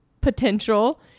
potential